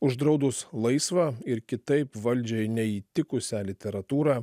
uždraudus laisvą ir kitaip valdžiai neįtikusią literatūrą